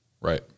Right